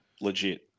legit